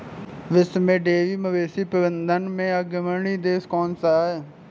विश्व में डेयरी मवेशी प्रबंधन में अग्रणी देश कौन सा है?